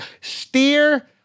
steer